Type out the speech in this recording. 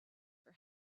for